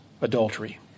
adultery